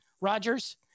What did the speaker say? Rodgers